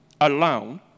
alone